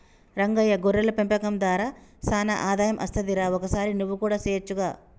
రంగయ్య గొర్రెల పెంపకం దార సానా ఆదాయం అస్తది రా ఒకసారి నువ్వు కూడా సెయొచ్చుగా